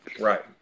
right